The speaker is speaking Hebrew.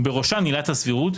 ובראשן עילת הסבירות,